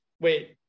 wait